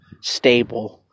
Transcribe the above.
stable